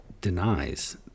denies